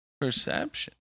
Perception